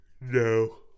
No